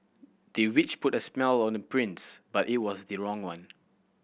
the witch put a spell on the prince but it was the wrong one